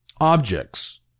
objects